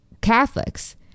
catholics